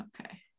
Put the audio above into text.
okay